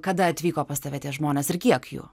kada atvyko pas tave tie žmonės ir kiek jų